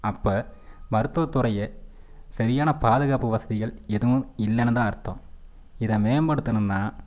அப்போ மருத்துவத் துறையை சரியான பாதுகாப்பு வசதிகள் எதுவும் இல்லைன்னு தான் அர்த்தம் இதை மேம்படுத்தணும்னா